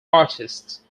artists